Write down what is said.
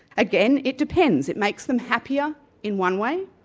again, it depends. it makes them happier in one way,